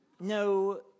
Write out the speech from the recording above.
No